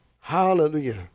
Hallelujah